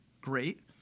Great